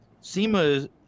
SEMA